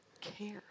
care